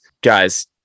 Guys